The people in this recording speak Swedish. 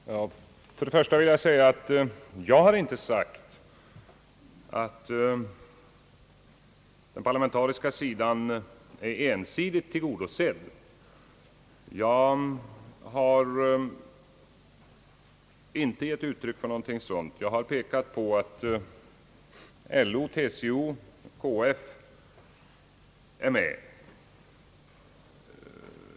Herr talman! Först och främst vill jag säga att jag inte har påstått, att den parlamentariska sidan i kommittén är ensidigt tillgodosedd. Jag har inte gett uttryck för något sådant påstående. Jag har framhållit att representanter för LO, TCO och KF är med.